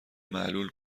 معلول